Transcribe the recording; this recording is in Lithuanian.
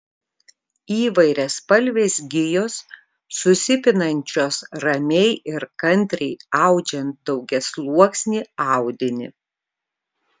įvairiaspalvės gijos susipinančios ramiai ir kantriai audžiant daugiasluoksnį audinį